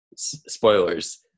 spoilers